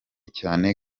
cyane